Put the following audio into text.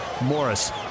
Morris